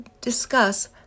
discuss